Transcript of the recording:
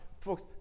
Folks